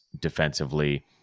defensively